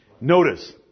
Notice